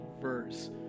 verse